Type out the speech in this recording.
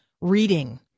reading